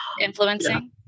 influencing